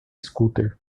scooter